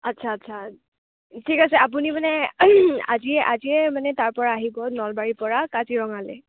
আচ্ছা আচ্ছা ঠিক আছে আপুনি মানে আজিয়ে আজিয়ে মানে তাৰপৰা আহিব নলবাৰীৰ পৰা কাজিৰঙালৈ